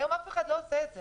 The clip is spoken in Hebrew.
והיום אף אחד לא עושה את זה.